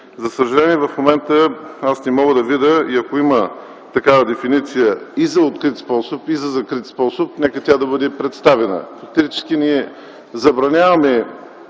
За съжаление, в момента аз не мога да видя - ако има такава дефиниция и за открит, и за закрит способ, нека тя да бъде представена. Фактически ние забраняваме